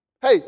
Hey